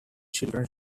children